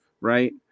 right